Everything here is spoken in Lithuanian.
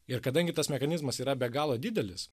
ir kadangi tas mechanizmas yra be galo didelis